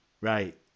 Right